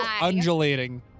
undulating